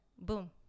boom